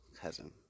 cousin